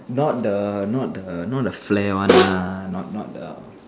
not the not the not the flare one lah not not the